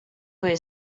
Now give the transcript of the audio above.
play